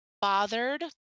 bothered